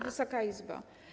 Wysoka Izbo!